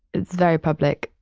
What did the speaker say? it's very public.